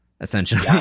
essentially